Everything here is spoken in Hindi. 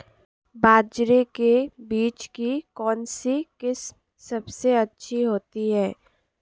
बाजरे के बीज की कौनसी किस्म सबसे अच्छी होती है?